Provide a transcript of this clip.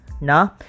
no